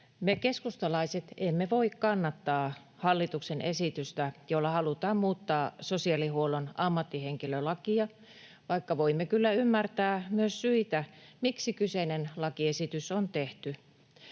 Me keskustalaiset emme voi kannattaa hallituksen esitystä, jolla halutaan muuttaa sosiaalihuollon ammattihenkilölakia, vaikka voimme kyllä ymmärtää myös syitä, miksi kyseinen lakiesitys on tehty.